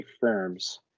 firms